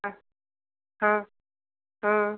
हाँ हाँ हाँ